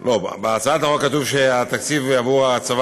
בהצעת החוק כתוב שהתקציב בעבור הצבת